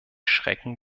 schrecken